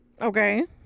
okay